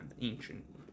ancient